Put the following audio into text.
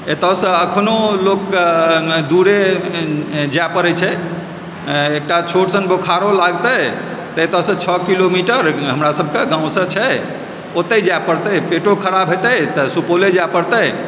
एतयसँ एखनो लोक कऽ दूरे जाइ पड़ैत छै एकटा छोट सन बोखारो लगतै तऽ एतयसँ छओ किलोमीटर हमरा सभके गामसँ छै ओतहि जाइ पड़तै पेटो खराब हेतैक तऽ सुपौले जाइ पड़तै